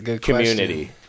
Community